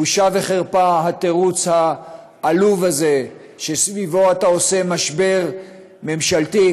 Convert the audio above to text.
בושה וחרפה התירוץ העלוב הזה שסביבו אתה עושה משבר ממשלתי.